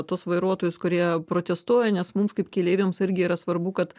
tuos vairuotojus kurie protestuoja nes mums kaip keleiviams irgi yra svarbu kad